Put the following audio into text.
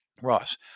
Ross